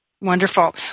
Wonderful